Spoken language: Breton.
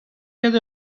ket